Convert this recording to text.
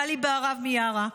גלי בהרב מיארה,